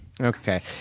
Okay